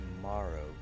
tomorrow